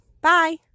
Bye